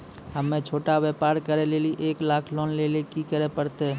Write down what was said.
हम्मय छोटा व्यापार करे लेली एक लाख लोन लेली की करे परतै?